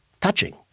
touching